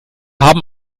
haben